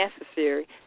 necessary